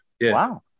Wow